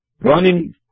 running